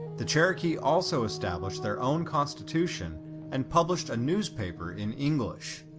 the cherokee also established their own constitution and published a newspaper in english.